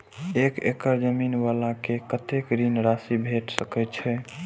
एक एकड़ जमीन वाला के कतेक ऋण राशि भेट सकै छै?